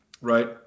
right